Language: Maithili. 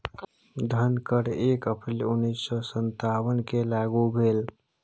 धन कर एक अप्रैल उन्नैस सौ सत्तावनकेँ लागू भेल